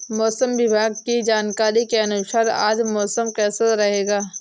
मौसम विभाग की जानकारी के अनुसार आज मौसम कैसा रहेगा?